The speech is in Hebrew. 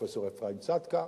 פרופסור אפרים צדקה,